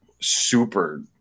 super